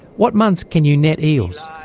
what months can you net eels?